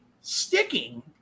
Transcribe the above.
Sticking